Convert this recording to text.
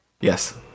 Yes